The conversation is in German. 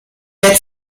der